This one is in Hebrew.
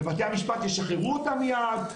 ובתי-המשפט ישחררו אותם מיד.